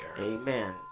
Amen